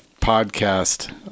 Podcast